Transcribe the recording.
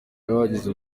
bahagaze